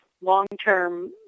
long-term